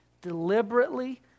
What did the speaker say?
deliberately